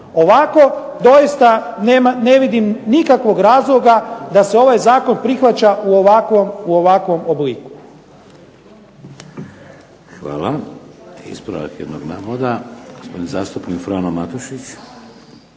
Ovako doista ne vidim nikakvog razloga da se ovaj zakon prihvaća u ovakvom obliku.